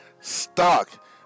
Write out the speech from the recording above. stock